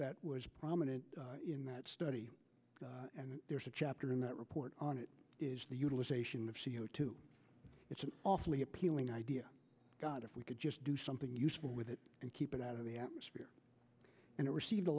that was prominent in that study and there's a chapter in that report on it is the utilization of c o two it's an awfully appealing idea got if we could just do something useful with it and keep it out of the atmosphere and it received a